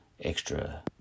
extra